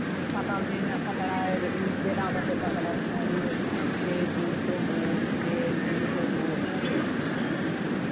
ᱥᱟᱠᱟᱢ ᱨᱮᱱᱟᱜ ᱯᱟᱛᱲᱟ ᱵᱮᱱᱟᱣ ᱠᱟᱛᱮᱫ ᱯᱟᱛᱲᱟ ᱯᱤᱴᱷᱟᱹ ᱥᱮ ᱰᱩᱸᱵᱩᱜ ᱥᱮ ᱜᱩᱲ ᱰᱩᱸᱵᱩᱜ ᱡᱷᱚᱛᱚ ᱨᱚᱠᱚᱢ ᱡᱤᱱᱤᱥᱜᱮ ᱧᱟᱢᱚᱜᱼᱟ